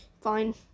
Fine